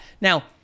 now